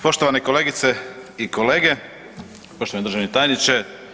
Poštovane kolegice i kolege, poštovani državni tajniče.